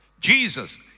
Jesus